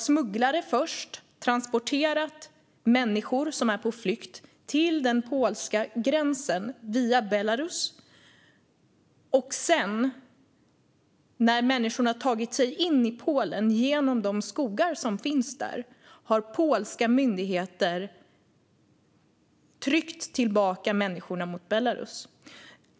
Smugglare har först transporterat människor på flykt till den polska gränsen via Belarus. När sedan människorna tagit sig in i Polen genom de skogar som finns där har polska myndigheter tryckt tillbaka människorna mot Belarus.